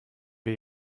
wir